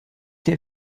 der